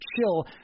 chill